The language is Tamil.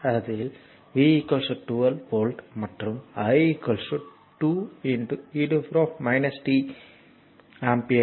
இதில் v 12 வோல்ட் மற்றும் i 2 e t ஆம்பியர்